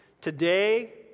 today